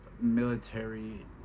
military